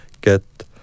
Get